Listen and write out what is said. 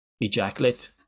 ejaculate